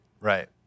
Right